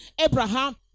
Abraham